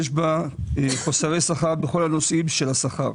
יש בה חוסרי שכר בכל הנושאים של השכר,